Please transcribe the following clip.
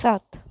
सात